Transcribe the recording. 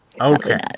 Okay